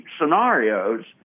scenarios